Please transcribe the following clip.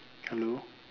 hello